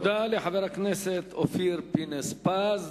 תודה לחבר הכנסת אופיר פינס-פז.